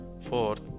fourth